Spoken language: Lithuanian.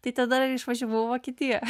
tai tada išvažiavau į vokietiją